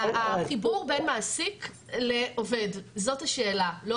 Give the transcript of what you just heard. החיבור בין מעסיק לעובד זאת השאלה ולא